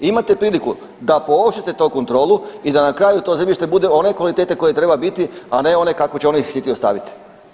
Imate priliku da pooštrite tu kontrolu i da na kraju to zemljište bude one kvalitete koje treba biti, a ne one kakvu će oni htjeti ostaviti.